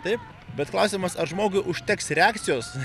taip bet klausimas ar žmogui užteks reakcijos